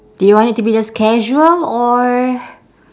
do you want it to be just casual or